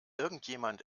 irgendjemand